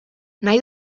nahi